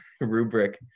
rubric